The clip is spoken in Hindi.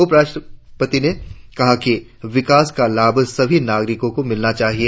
उपराष्ट्रपति ने कहा कि विकास का लाभ सभी नागरिकों को मिलना चाहिए